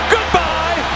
Goodbye